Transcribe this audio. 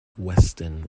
weston